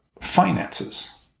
finances